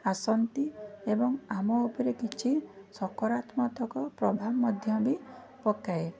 ଆସନ୍ତି ଏବଂ ଆମ ଉପରେ କିଛି ସକାରାତ୍ମକ ପ୍ରଭାବ ମଧ୍ୟ ବି ପକାଏ